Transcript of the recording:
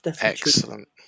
Excellent